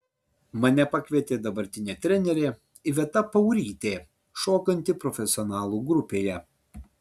mane pakvietė dabartinė trenerė iveta paurytė šokanti profesionalų grupėje